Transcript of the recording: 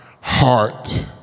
heart